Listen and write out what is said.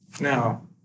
Now